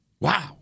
Wow